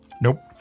Nope